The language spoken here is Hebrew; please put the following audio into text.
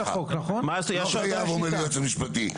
לא חייב, אומר לי היועץ המשפטי.